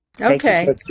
Okay